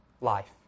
life